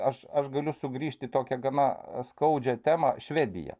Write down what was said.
aš aš galiu sugrįžt į tokią gana skaudžią temą švedija